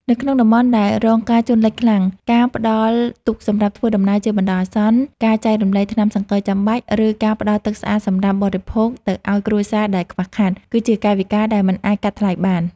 នៅក្នុងតំបន់ដែលរងការជន់លិចខ្លាំង ការផ្ដល់ទូកសម្រាប់ធ្វើដំណើរជាបណ្ដោះអាសន្ន ការចែករំលែកថ្នាំសង្កូវចាំបាច់ ឬការផ្ដល់ទឹកស្អាតសម្រាប់បរិភោគទៅឱ្យគ្រួសារដែលខ្វះខាត គឺជាកាយវិការដែលមិនអាចកាត់ថ្លៃបាន។